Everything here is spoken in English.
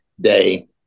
day